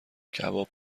کباب